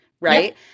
right